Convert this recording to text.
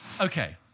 Okay